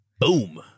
Boom